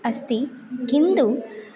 अस्ति किन्तु